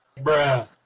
Bruh